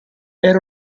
era